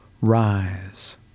rise